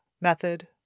method